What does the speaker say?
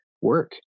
work